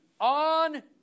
on